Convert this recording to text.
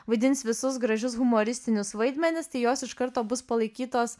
vaidins visus gražius humoristinius vaidmenis tai jos iš karto bus palaikytos